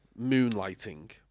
Moonlighting